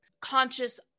conscious